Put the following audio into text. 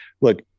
look